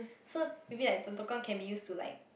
so maybe like the token can be used to like